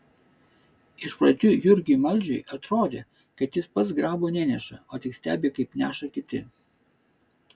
iš pradžių jurgiui maldžiui atrodė kad jis pats grabo neneša o tik stebi kaip neša kiti